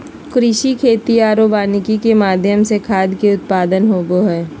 कृषि, खेती आरो वानिकी के माध्यम से खाद्य के उत्पादन होबो हइ